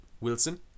Wilson